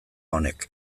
honek